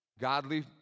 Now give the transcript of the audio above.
Godly